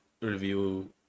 review